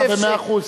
מסכים אתך במאה אחוז.